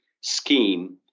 scheme